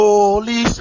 Holy